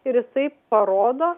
ir jisai parodo